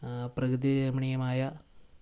പ്രകൃതിരമണീയമായ